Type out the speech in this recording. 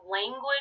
language